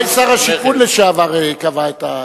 אולי שר השיכון לשעבר קבע את,